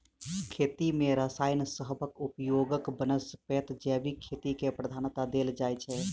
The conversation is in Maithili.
खेती मे रसायन सबहक उपयोगक बनस्पैत जैविक खेती केँ प्रधानता देल जाइ छै